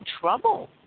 trouble